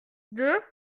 deux